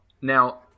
Now –